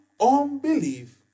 unbelief